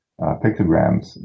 pictograms